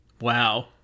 Wow